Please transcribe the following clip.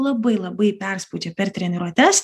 labai labai perspaudžia per treniruotes